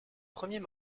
premiers